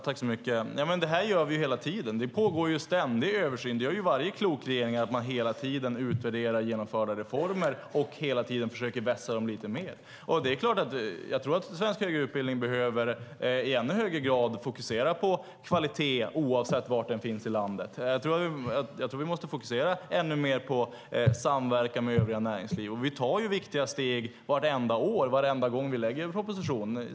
Herr talman! Det här gör vi hela tiden. Det pågår en ständig översyn. Varje klok regering utvärderar hela tiden genomförda reformer och försöker vässa dem lite mer. Jag tror att svensk högre utbildning i ännu högre grad behöver fokusera på kvalitet oavsett var den finns i landet. Jag tror att vi måste fokusera ännu mer på samverkan med övriga näringslivet. Vi tar viktiga steg vartenda år, varenda gång vi lägger fram en proposition.